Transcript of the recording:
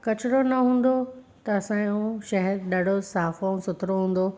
कचरो न हूंदो त असांजो शहर ॾाढो साफ़ ऐं सुथरो हूंदो